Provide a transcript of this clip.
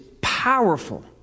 powerful